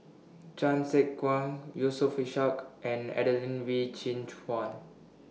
Chan Sek Keong Yusof Ishak and Adelene Wee Chin Suan